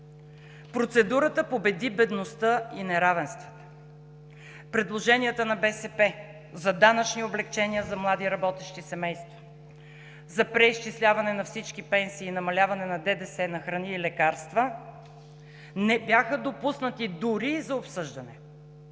Процедурата победи бедността и неравенствата. Предложенията на БСП за данъчни облекчения за млади работещи семейства, за преизчисляване на всички пенсии и намаляване на ДДС на храни и лекарства не бяха допуснати дори и за обсъждане